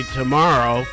tomorrow